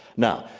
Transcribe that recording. now,